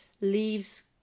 leaves